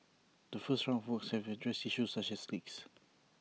the first round of works have addressed issues such as leaks